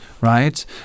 right